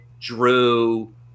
Drew